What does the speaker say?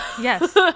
yes